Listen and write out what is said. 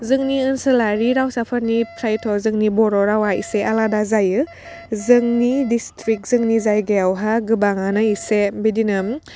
जोंनि ओनसोलारि रावसाफोरनिफ्रायथ' जोंनि बर' रावआ एसे आलादा जायो जोंनि दिसथ्रिक जोंंनि जायगायावहा गोबांआनो एसे बिदिनो